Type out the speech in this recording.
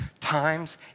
times